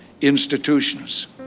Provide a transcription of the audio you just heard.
institutions